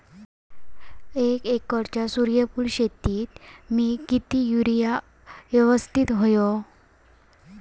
एक एकरच्या सूर्यफुल शेतीत मी किती युरिया यवस्तित व्हयो?